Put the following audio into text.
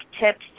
tips